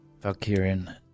Valkyrian